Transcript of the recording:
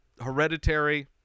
hereditary